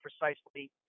precisely